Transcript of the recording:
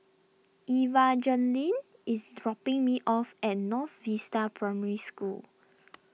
Evangeline is dropping me off at North Vista Primary School